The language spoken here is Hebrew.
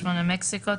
מקסיקו,